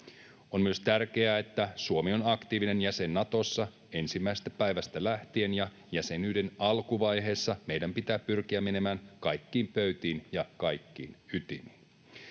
On myös tärkeää, että Suomi on aktiivinen jäsen Natossa ensimmäisestä päivästä lähtien, ja jäsenyyden alkuvaiheessa meidän pitää pyrkiä menemään kaikkiin pöytiin ja kaikkiin ytimiin.